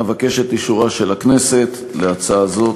אבקש את אישורה של הכנסת להצעה זו.